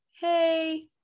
Hey